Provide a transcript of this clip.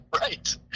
right